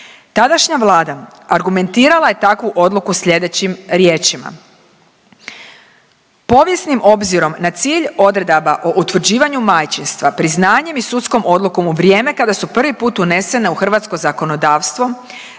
Tadašnja vlada argumentirala je takvu odluku sljedećim riječima, povijesnim obzirom na cilj odredaba o utvrđivanju majčinstva priznanjem i sudskom odlukom u vrijeme kada su prvi put unesene u hrvatsko zakonodavstvo,